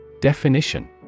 Definition